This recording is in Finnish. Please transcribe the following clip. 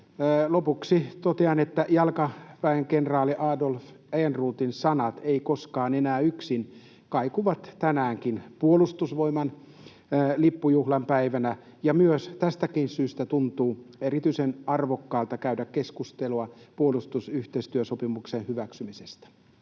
Lopuksi totean, että jalkaväenkenraali Adolf Ehrnroothin sanat ”ei koskaan enää yksin” kaikuvat tänäänkin puolustusvoimain lippujuhlan päivänä, ja myös tästä syystä tuntuu erityisen arvokkaalta käydä keskustelua puolustusyhteistyösopimuksen hyväksymisestä.